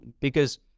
because-